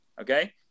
Okay